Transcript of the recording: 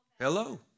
Hello